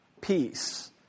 Peace